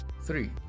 Three